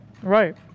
Right